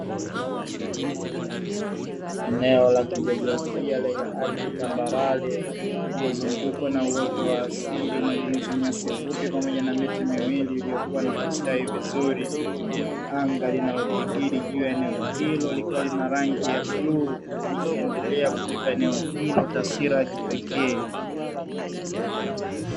Eneo la kijiografia lenye ardhi tambarare, iliyozungukwa na uoto wa asili unaojumuisha nyasi fupi pamoja na miti miwili iliyokua na kustawi vizuri, huku anga linalodhihiri juu ya eneo hilo likiwa lina rangi ya bluu likiendelea kulipa eneo hilo taswira ya kipekee.